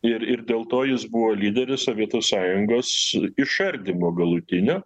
ir ir dėl to jis buvo lyderis sovietų sąjungos išardymo galutinio